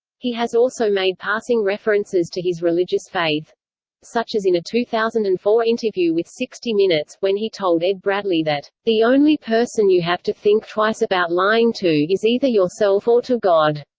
he has also made passing references to his religious faith such as in a two thousand and four interview with sixty minutes, when he told ed bradley that the only person you have to think twice about lying to is either yourself or to god.